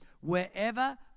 wherever